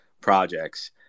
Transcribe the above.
projects